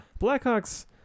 blackhawks